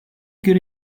good